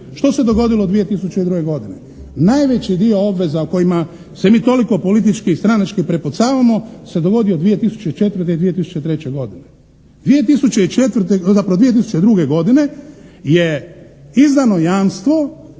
Što se dogodilo 2002. godine? Najveći dio obveza o kojima se mi toliko politički i stranački prepucavamo se dogodio 2004. i 2003. godine. 2004., zapravo 2002. godine je izdano jamstvo